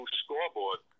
scoreboard